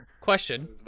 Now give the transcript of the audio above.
Question